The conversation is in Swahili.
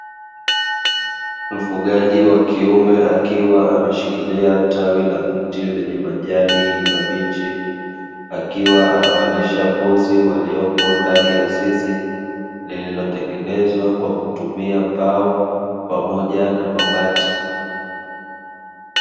Mfugaji wa kiume akiwa ameshikilia tawi la mti lenye majani mabichi, akiwa anawalisha mbuzi waliopo ndani ya zizi lililotengenezwa kwa kutumia mbao pamoja na mabati.